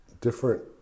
different